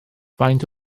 faint